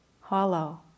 hollow